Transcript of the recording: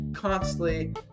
Constantly